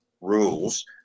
rules